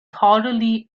thoroughly